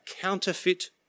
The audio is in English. counterfeit